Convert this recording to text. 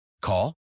Call